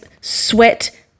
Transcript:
sweat